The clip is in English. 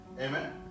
Amen